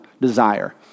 desire